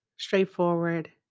straightforward